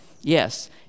Yes